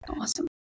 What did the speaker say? awesome